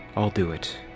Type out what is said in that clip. i'll do it.